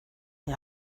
der